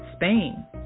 Spain